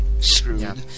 screwed